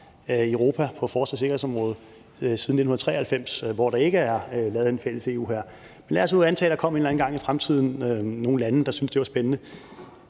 i Europa på forsvars- og sikkerhedsområdet siden 1993, hvor der ikke er lavet en fælles EU-hær, men lad os nu antage det – og hvor der kom nogle lande, som syntes, det var spændende,